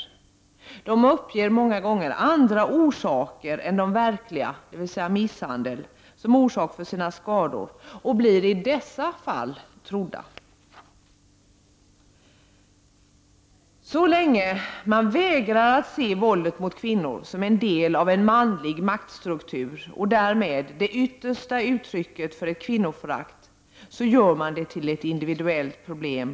Kvinnorna uppger många gånger andra orsaker än de verkliga, dvs. misshandel, till sina skador och blir i dessa fall ”trodda”. Så länge man vägrar att se våldet mot kvinnor som en del av en manlig maktstruktur och därmed som det yttersta uttrycket för ett kvinnoförakt bidrar man till att detta uppfattas som ett individuellt problem.